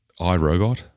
iRobot